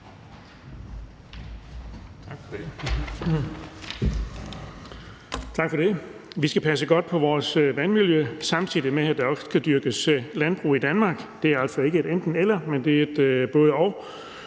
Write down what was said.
Tak for det. Vi skal passe godt på vores vandmiljø, samtidig med at der også skal dyrkes landbrug i Danmark. Det er altså ikke et enten-eller, men det er